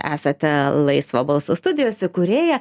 esate laisvo balso studijos įkūrėja